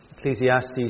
Ecclesiastes